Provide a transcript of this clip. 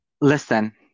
Listen